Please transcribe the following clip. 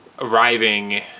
arriving